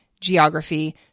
geography